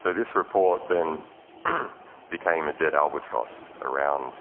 so this report then became a dead albatross around